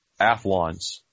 Athlons